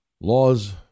laws